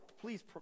please